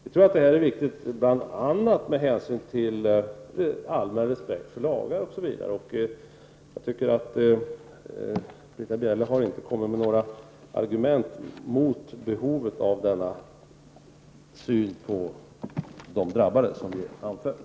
Det är viktigt bl.a. med hänsyn till allmän respekt för lagar. Britta Bjelle har enligt min mening inte lagt fram några argument mot behovet av denna syn på de drabbades situation.